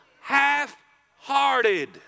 Half-hearted